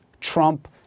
Trump